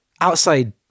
outside